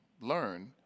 learn